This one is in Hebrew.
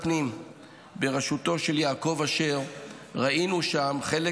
הפנים בראשותו של יעקב אשר ראינו חלק